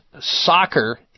soccer